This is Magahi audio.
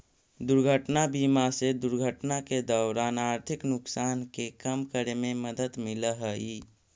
दुर्घटना बीमा से दुर्घटना के दौरान आर्थिक नुकसान के कम करे में मदद मिलऽ हई